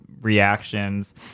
reactions